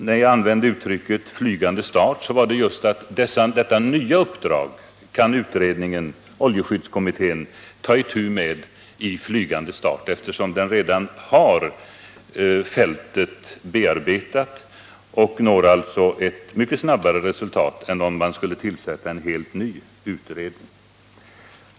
När jag använde uttrycket flygande start avsåg jag just det förhållandet att oljeskyddskommittén effektivt kan ta itu med detta nya uppdrag, eftersom den redan har fältet bearbetat och alltså kan nå resultat mycket snabbare än om en helt ny utredning skulle tillsättas.